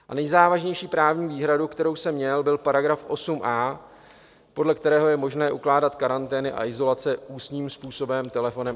A nejzávažnější právní výhradou, kterou jsem měl, byl § 8a, podle kterého je možné ukládat karantény a izolace ústním způsobem, telefonem, esemeskou.